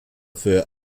für